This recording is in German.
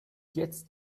jetzt